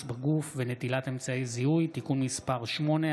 ביטול מבחני התלות לקבלת גמלת סיעוד לאזרח שמלאו לו 80 שנים),